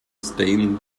stained